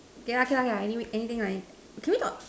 okay lah okay lah anyway anything right can we talk